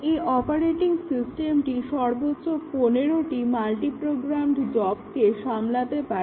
এই অপারেটিং সিস্টেমটি সর্বোচ্চ 15টি মাল্টিপ্রোগ্রামড জবকে সামলাতে পারে